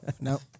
no